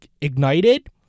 Ignited